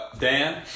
Dan